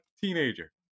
teenager